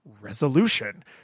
resolution